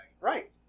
Right